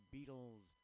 Beatles